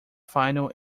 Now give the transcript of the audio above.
final